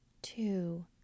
Two